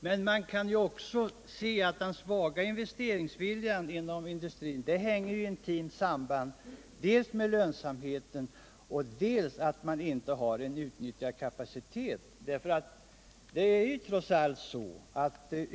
Men man kan också se att den svaga investeringsviljan inom industrin intimt hänger samman dels med lönsamheten, dels med att man inte har en utnyttjad kapacitet.